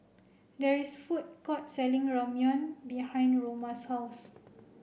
there is food court selling Ramyeon behind Roma's house